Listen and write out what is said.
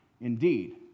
Indeed